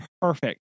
Perfect